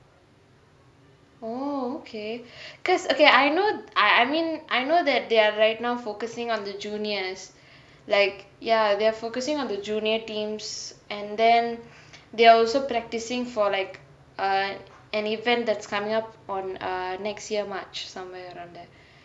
oh okay because okay I know I I mean I know that they are right now focusing on the juniors like ya they're focusing on the junior teams and then they are also practicing for like err an event that's coming up on err next year march somewhere around there